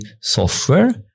software